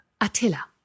Attila